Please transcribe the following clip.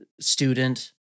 student